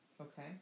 Okay